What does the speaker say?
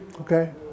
okay